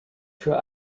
für